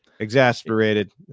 exasperated